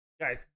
Guys